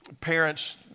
parents